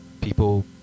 people